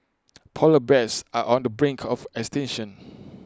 Polar Bears are on the brink of extinction